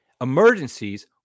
emergencies